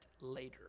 later